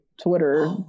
twitter